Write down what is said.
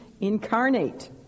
incarnate